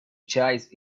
choice